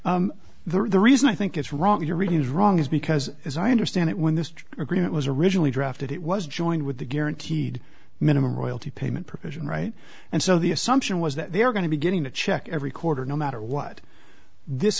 finish the reason i think it's wrong your reading is wrong is because as i understand it when this agreement was originally drafted it was joined with the guaranteed minimum royalty payment provision right and so the assumption was that they are going to be getting a check every quarter no matter what this